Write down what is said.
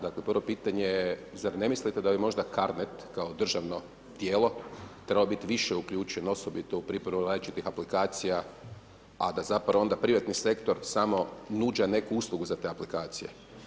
Dakle, prvo pitanje je, zar ne mislite da bi možda CARNet kao državno tijelo, trebao biti više uključen, osobito u pripremu različitih aplikacija, a da zapravo onda privatni sektor samo nuđa neku uslugu za te aplikacije?